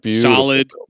solid